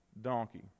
donkey